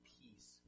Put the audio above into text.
peace